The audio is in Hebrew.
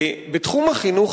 בתחום החינוך,